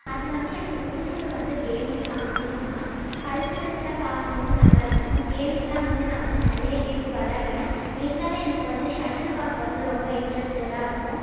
அதில் வந்து எனக்கு பிடிச்சது வந்து கேம்ஸ் தான் அதிகமாக கல்ச்சுரல்ஸ்லாம் பார்க்கும்போது நல்லாயிருக்கும் கேம்ஸுலாம் வந்து நான் வந்து நிறைய கேம்ஸ் விளாடுவேன் இருந்தாலும் எனக்கு வந்து செட்டில்காக் வந்து ரொம்ப இன்ட்ரெஸ்ட்டடாக இருக்கும்